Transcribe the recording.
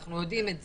אנחנו יודעים את זה,